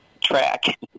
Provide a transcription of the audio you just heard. track